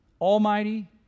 Almighty